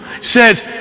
says